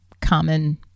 common